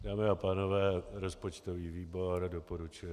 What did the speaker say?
Dámy a pánové, rozpočtový výbor doporučuje